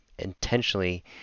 intentionally